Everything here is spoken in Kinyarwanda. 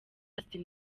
justin